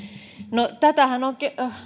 no tätähän on